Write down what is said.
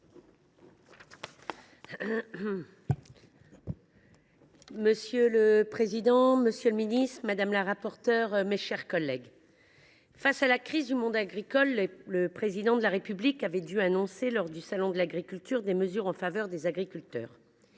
Madame la présidente, monsieur le ministre, mes chers collègues, face à la crise du monde agricole, le Président de la République a dû annoncer, lors du salon de l’agriculture, des mesures en faveur des agriculteurs,